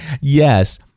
Yes